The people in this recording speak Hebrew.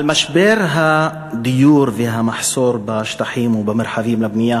על משבר הדיור והמחסור בשטחים ובמרחבים לבנייה